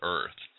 Earth